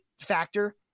factor